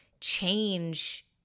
change